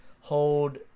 hold